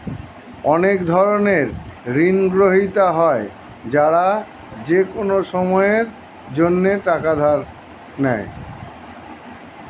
অনেক ধরনের ঋণগ্রহীতা হয় যারা যেকোনো সময়ের জন্যে টাকা ধার নেয়